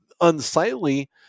unsightly